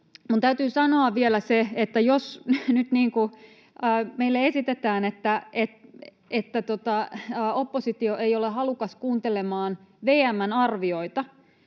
täytyy sanoa vielä se, että jos nyt meille esitetään, että oppositio ei ole halukas kuuntelemaan VM:n arvioita,